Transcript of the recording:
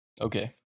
Okay